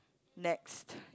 next